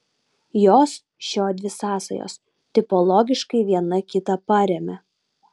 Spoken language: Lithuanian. jos šiodvi sąsajos tipologiškai viena kitą paremia